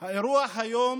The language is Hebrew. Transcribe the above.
האירוע היום